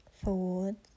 food